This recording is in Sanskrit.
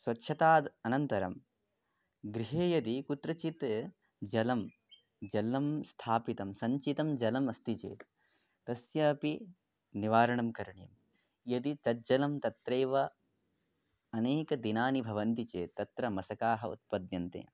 स्वच्छतायाः अनन्तरं गृहे यदि कुत्रचित् जलं जलं स्थापितं सञ्चितं जलम् अस्ति चेत् तस्यापि निवारणं करणीयं यदि तद् जलं तत्रैव अनेकदिनानि भवति चेत् तत्र मशकाः उत्पद्यन्ते